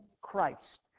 Christ